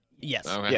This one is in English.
Yes